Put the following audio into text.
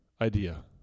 idea